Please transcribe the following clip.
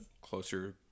closer